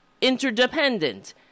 interdependent